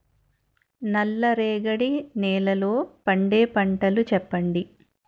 నల్ల రేగడి నెలలో పండే పంటలు చెప్పండి?